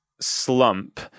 slump